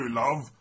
love